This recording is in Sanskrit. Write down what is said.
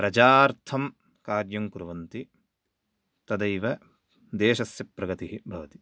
प्रजार्थं कार्यं कुर्वन्ति तदैव देशस्य प्रगतिः भवति